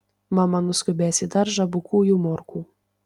mama nuskubės į daržą bukųjų morkų